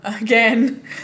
again